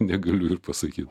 negaliu ir pasakyt